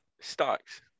Stocks